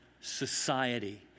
society